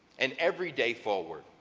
and every day forward.